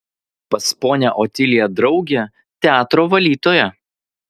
pas ponią otiliją draugė teatro valytoja